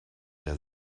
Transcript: der